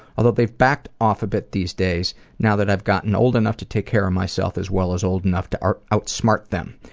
although they've backed off a bit these days now that i've gotten old enough to take care of myself, as well as old enough to outsmart them.